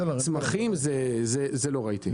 צמחים, את זה לא ראיתי.